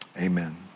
amen